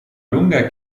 lunga